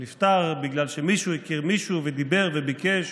הוא נפתר בגלל שמישהו הכיר מישהו ודיבר וביקש,